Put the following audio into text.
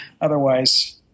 Otherwise